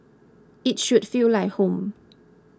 it should feel like home